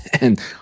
and-